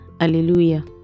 Alleluia